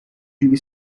جوری